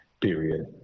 Period